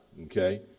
okay